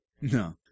no